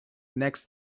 next